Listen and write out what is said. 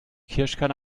kirschkerne